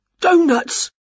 Donuts